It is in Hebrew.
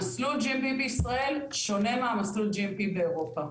המסלול GMP בישראל שונה מהמסלול GMP באירופה.